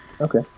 Okay